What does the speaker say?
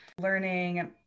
learning